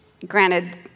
Granted